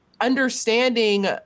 understanding